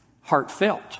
heartfelt